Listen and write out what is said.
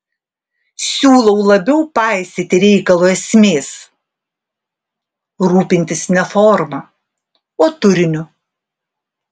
siūlau labiau paisyti reikalo esmės rūpintis ne forma o turiniu